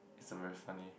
it's a very funny